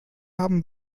haben